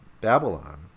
babylon